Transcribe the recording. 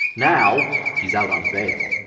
now he is out on bail.